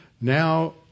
Now